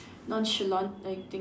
nonchalant I think